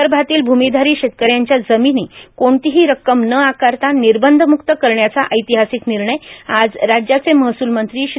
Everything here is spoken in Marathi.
विदर्भातील भूमीधारी शेतकऱ्यांच्या जमिनी कोणतीही रक्कम न आकारता निर्बधम्रक्त करण्याचा ऐतिहासिक निर्णय आज राज्याचे महसूल मंत्री श्री